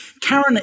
Karen